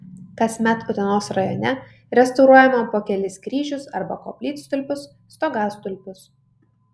kasmet utenos rajone restauruojama po kelis kryžius arba koplytstulpius stogastulpius